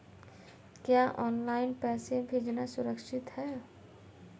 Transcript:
क्या ऑनलाइन पैसे भेजना सुरक्षित है?